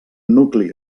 nucli